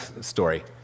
story